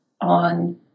on